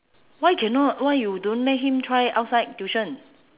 why cannot why you don't let him try outside tuition